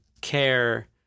care